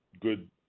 good